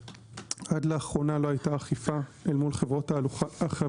עד לאחרונה לא הייתה אכיפה אל מול חברות החלוקה